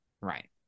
Right